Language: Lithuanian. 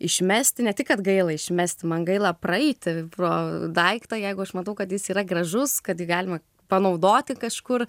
išmesti ne tik kad gaila išmesti man gaila praeiti pro daiktą jeigu aš matau kad jis yra gražus kad jį galima panaudoti kažkur